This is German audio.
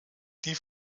die